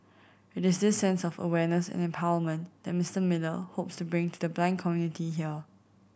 it is this sense of awareness and empowerment that Mister Miller hopes to bring to the blind community here